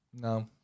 No